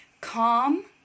calm